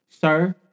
Sir